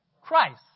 Christ